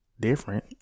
different